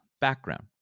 background